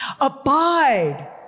Abide